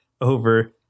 over